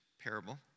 parable